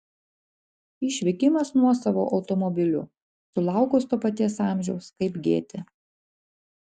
išvykimas nuosavu automobiliu sulaukus to paties amžiaus kaip gėtė